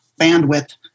bandwidth